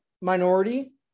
minority